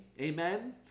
Amen